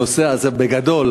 הנושא הזה בגדול,